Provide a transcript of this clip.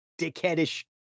dickheadish